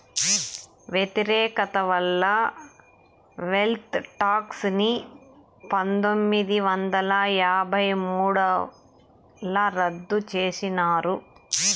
వ్యతిరేకత వల్ల wealth tax ని పందొమ్మిది వందల యాభై మూడుల రద్దు చేసినారు